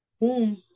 boom